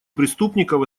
преступников